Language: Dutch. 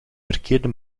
verkeerde